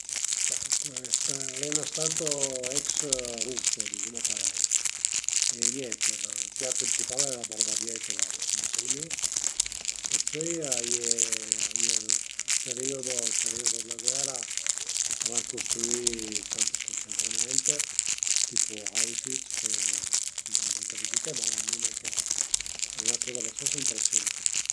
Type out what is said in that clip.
Pensu che ël calcio a sia a sia ël me sport ëndua ëndua vadu mei 'na volta, ades magari pi nen tantu, però e i auti sport no, auti sport, ai giügà ën po a tennis cun cun me fratèl però, i era nen i era ne ün fenomeno, però a balun a balun m'la cavavu bastansa bin